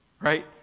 Right